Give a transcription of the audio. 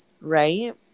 right